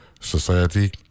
Society